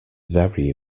very